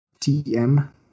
TM